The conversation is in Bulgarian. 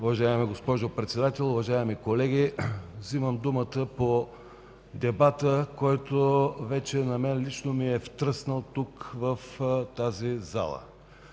Уважаема госпожо Председател, уважаеми колеги! Вземам думата по дебата, който лично на мен вече ми е втръснал тук, в тази зала.